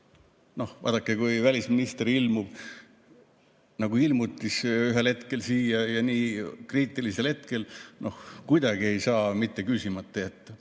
Noh, vaadake, kui välisminister ilmub nagu ilmutis ühel hetkel siia, nii kriitilisel hetkel, siis kuidagi ei saa küsimata jätta.